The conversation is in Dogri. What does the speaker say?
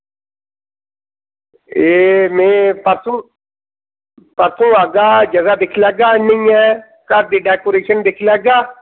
एह् में परसों आह्गा जगह दिक्खी लैगा आह्नियै घर दी डेकोरेशन दिक्खी लैगा